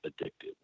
addicted